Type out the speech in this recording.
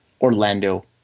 Orlando